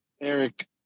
Eric